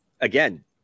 again